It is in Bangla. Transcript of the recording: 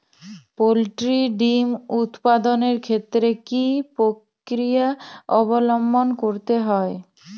পোল্ট্রি ডিম উৎপাদনের ক্ষেত্রে কি পক্রিয়া অবলম্বন করতে হয়?